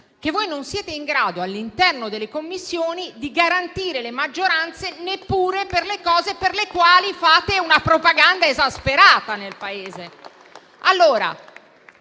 politico: non siete in grado, all'interno delle Commissioni, di garantire la maggioranza neppure per le cose per le quali fate una propaganda esasperata nel Paese.